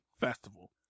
festival